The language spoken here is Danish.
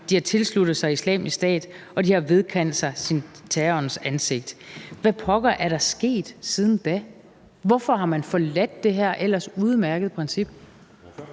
De har tilsluttet sig Islamisk Stat, og de har vedkendt sig terrorens ansigt«. Hvad pokker er der sket siden da? Hvorfor har man forladt det her ellers udmærkede princip?